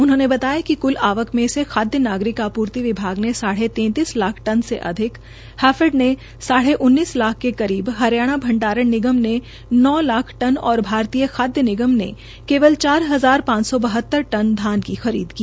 उन्होंने बताया कि कुल आवक में से खादय नागरिक आपूर्ति विभाग ने साढ़े तेंतीस लाख टन से अधिक हैफेड ने साढ़े उन्नीस लाख के करीब हरियाणा भंडारण निगम ने नौ लाख टन और भारतीय खादय निगम ने केवल चार हजार पांच सौ बहतर टन धान की खरीद की